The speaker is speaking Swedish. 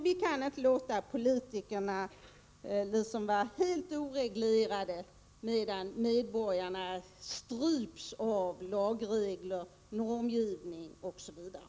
Vi kan inte fortsätta att låta politikernas verksamhet vara helt oreglerad, medan medborgarna stryps av lagregler, normgivning osv.